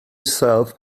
itself